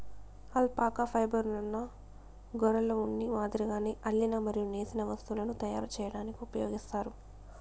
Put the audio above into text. alpaca ఫైబర్ను గొర్రెల ఉన్ని మాదిరిగానే అల్లిన మరియు నేసిన వస్తువులను తయారు చేయడానికి ఉపయోగిస్తారు